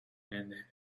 and